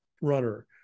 runner